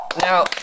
Now